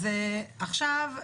אז עכשיו,